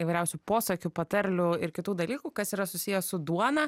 įvairiausių posakių patarlių ir kitų dalykų kas yra susiję su duona